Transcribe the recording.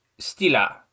stila